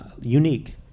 unique